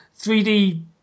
3D